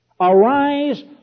Arise